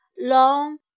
long